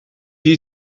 you